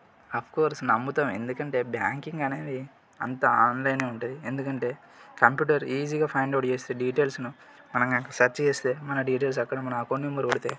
of course నమ్ముతాం ఎందుకంటే banking అనేది అంతా ఆన్లైనే ఉంటుంది ఎందుకంటే కంప్యూటర్ ఈజీగా ఫైండ్ అవుట్ చేస్తుంది డీటెయిల్స్ను మనం అక్కడ సర్చ్ చేస్తే మన డీటెయిల్స్ అక్కడ మన అకౌంట్ నెంబర్ కొడితే